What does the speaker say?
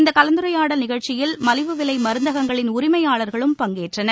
இந்த கலந்துரையாடல் நிகழ்ச்சியில் மலிவு விலை மருந்தகங்களின் உரிமையாளர்களும் பங்கேற்றனர்